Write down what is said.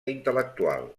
intel·lectual